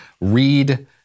read